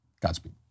Godspeed